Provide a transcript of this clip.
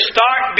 Start